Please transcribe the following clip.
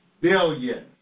Billion